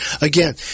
again